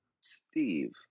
Steve